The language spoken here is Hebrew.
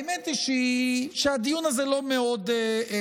האמת היא שהדיון הזה לא מאוד משנה.